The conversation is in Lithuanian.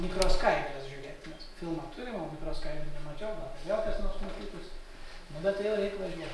mikroskaidres žiūrėt nes filmą turim o mikroskaidrių nemačiau gal ten vėl kas matytųsi nu bet tai jau reik važiuot